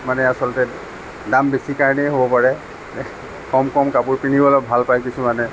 মানে আচলতে দাম বেছি কাৰণেই হ'ব পাৰে কম কম কাপোৰ পিন্ধিবলৈ ভাল পাই কিছুমানে